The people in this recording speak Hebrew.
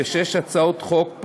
החוק.